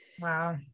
Wow